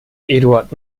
eduard